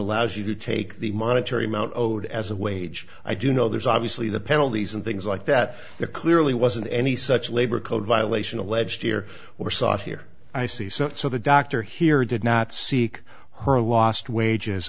allows you to take the monetary amount owed as a wage i do know there's obviously the penalties and things like that the clearly wasn't any such labor code violation alleged here or sought here i see so so the doctor here did not seek her lost wages